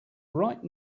right